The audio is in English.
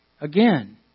again